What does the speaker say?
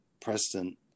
president